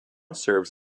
serves